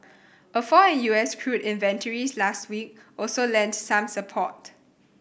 a fall in U S crude inventories last week also lent some support